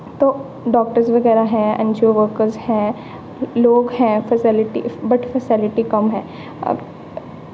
तो doctors बगैरा हैं N G O workers हैं लोग हैं फैसिलिटी बट फैसिलिटी कम है